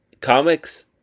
Comics